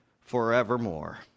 forevermore